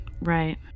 Right